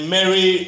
Mary